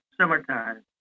summertime